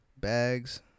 bags